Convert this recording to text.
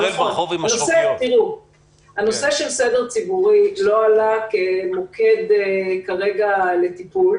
נושא הסדר הציבורי לא עלה כמוקד כרגע לטיפול,